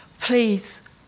please